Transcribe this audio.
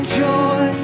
joy